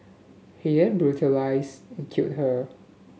he then brutalised and killed her